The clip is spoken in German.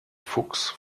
fuchs